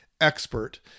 expert